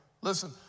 Listen